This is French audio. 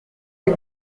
une